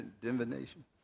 divination